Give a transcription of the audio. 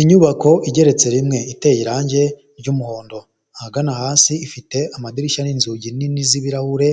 Inyubako igeretse rimwe iteye irangi ry'umuhondo ahagana hasi ifite amadirishya n'inzugi nini z'ibirahure